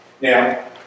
Now